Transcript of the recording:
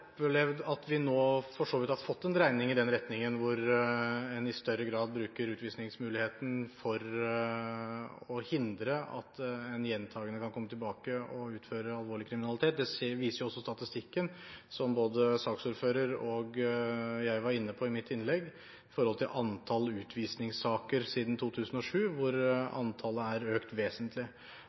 at vi nå for så vidt har fått en dreining i den retningen at en i større grad bruker utvisningsmuligheten for å hindre at en gjentagende ganger kan komme tilbake og utføre alvorlig kriminalitet. Det viser også statistikken, som både saksordføreren og jeg var inne på i våre innlegg, med tanke på antall utvisningssaker siden 2007, hvor antallet er økt vesentlig.